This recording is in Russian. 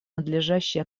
надлежащая